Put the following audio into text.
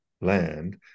land